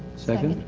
second?